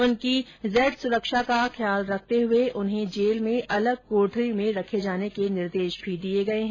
उनकी जेड़ सुरक्षा का ख्याल रखते हुए उन्हें जेल में अलग कोठरी में रखे जाने के निर्देश भी दिये गये है